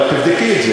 אבל תבדקי את זה,